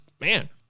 man